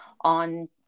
on